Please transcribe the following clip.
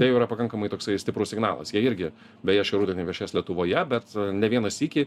tai jau yra pakankamai toksai stiprus signalas jie irgi beje šį rudenį viešės lietuvoje bet ne vieną sykį